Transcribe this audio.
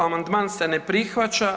Amandman se ne prihvaća.